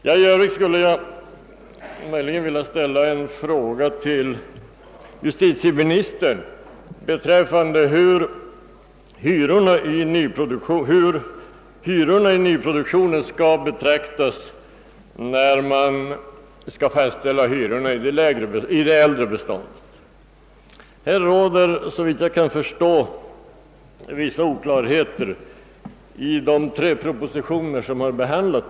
För övrigt skulle jag vilja fråga justitieministern hur hyrorna i nyproduktionen skall beaktas när man skall fastställa hyrorna i det äldre beståndet. Det råder, såvitt jag förstår, vissa oklarheter i de tre propositioner vari frågan behandlats.